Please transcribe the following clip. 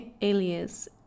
alias